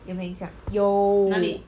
有没有影响有